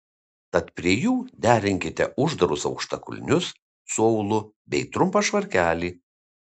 tad prie jų derinkite uždarus aukštakulnius su aulu bei trumpą švarkelį